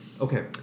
Okay